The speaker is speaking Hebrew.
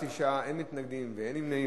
תשעה בעד, אין מתנגדים ואין נמנעים.